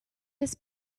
his